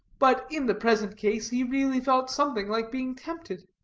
but in the present case he really felt something like being tempted.